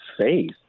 faith